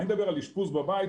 אני מדבר על אשפוז בבית,